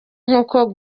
nkuko